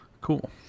Cool